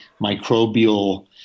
microbial